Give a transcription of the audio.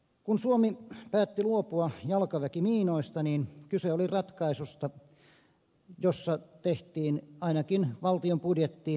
kun suomi päätti luopua jalkaväkimiinoista niin kyse oli ratkaisusta jossa tehtiin ainakin valtion budjettiin menoja